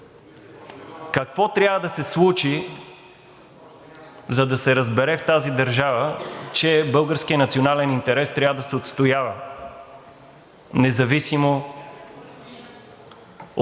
Какво трябва да се случи, за да се разбере в тази държава, че българският национален интерес трябва да се отстоява независимо от